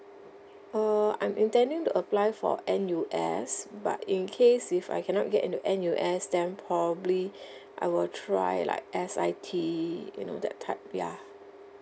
err I'm intending to apply for N_U_S but in case if I cannot get into N_U_S then probably I will try like S_I_T you know that type ya